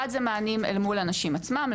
אחד זה מענים אל מול הנשים עצמן,